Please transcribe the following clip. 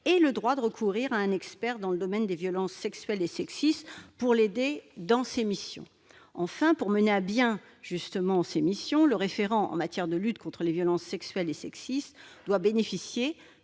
qu'un droit de recourir à un expert dans le domaine des violences sexuelles et sexistes pour l'aider dans sa mission. Enfin, pour mener à bien sa mission, le référent en matière de lutte contre les violences sexuelles et sexistes doit bénéficier